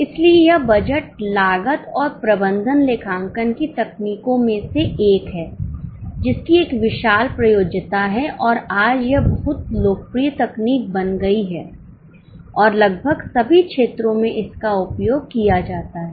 इसलिए यह बजट लागत और प्रबंधन लेखांकन की तकनीकों में से एक है जिसकी एक विशाल प्रयोज्यता है और आज यह बहुत लोकप्रिय तकनीक बन गई है और लगभग सभी क्षेत्रों में इसका उपयोग किया जाता है